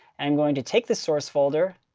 and i'm going to take the source folder,